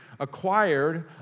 acquired